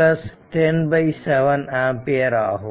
3 10 7 ampere ஆகும்